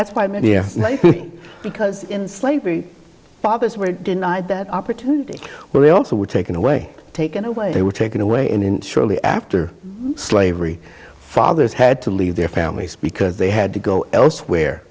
that's why many are because in slavery fathers were denied that opportunity where they also were taken away taken away they were taken away and shortly after slavery fathers had to leave their families because they had to go elsewhere